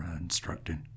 instructing